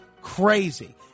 crazy